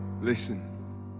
Listen